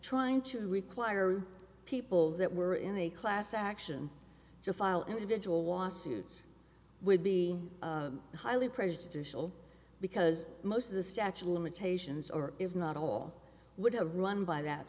trying to require people that were in the class action to file individual lawsuits would be highly prejudicial because most of the statue of limitations or if not all would have run by that